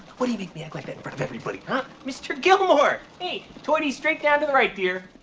why do you make me act like that in front of everybody, huh? mr. gilmore! hey! toidy's straight down to the right, dear.